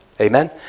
Amen